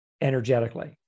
energetically